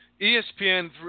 espn